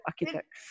architects